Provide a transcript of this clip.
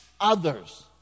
others